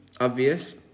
obvious